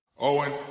Owen